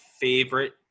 favorite